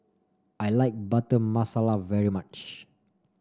I like Butter Masala very much